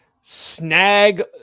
snag